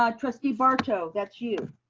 um trustee barto. that's you.